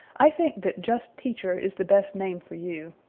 i think that just teacher is the best name for you.